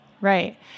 Right